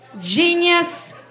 genius